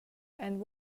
and